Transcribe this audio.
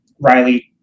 riley